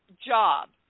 job